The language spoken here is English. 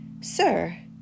Sir